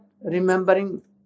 remembering